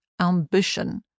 ambition